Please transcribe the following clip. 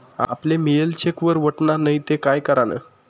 आपले मियेल चेक जर वटना नै ते काय करानं?